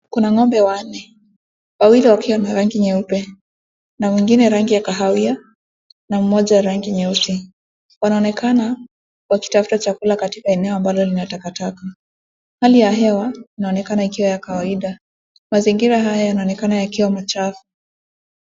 Kuna ng'ombe wanne. Wawili wakiwa na rangi nyeupe na wengine rangi ya kahawia na mmoja rangi nyeusi. Wanaonekana wakitafuta chakula katika eneo ambalo linatakataka. Hali ya hewa inaonekana ikiwa ya kawaida. Mazingira haya yanaonekana yakiwa machafu.